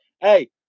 Hey